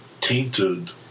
tainted